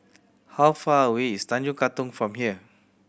how far away is Tanjong Katong from here